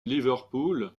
liverpool